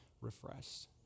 refreshed